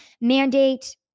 mandate